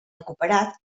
recuperat